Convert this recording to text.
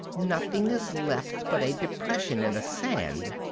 nothing is left but a depression in the sand.